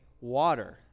water